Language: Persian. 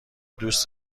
دوست